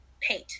paint